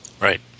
Right